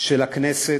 של הכנסת,